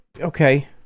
okay